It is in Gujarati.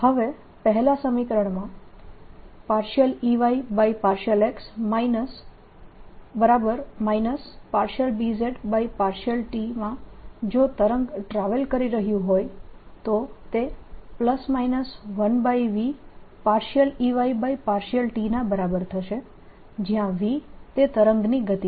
હવે પહેલા સમીકરણ Ey∂x Bz∂t માં જો તરંગ ટ્રાવેલ કરી રહ્યું હોય તો તે ±1vEy∂t ના બરાબર થશે જ્યાં v એ તરંગની ગતિ છે